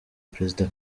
perezida